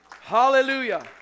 Hallelujah